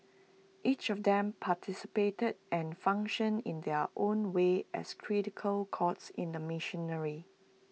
each of them participated and functioned in their own way as cogs in the machinery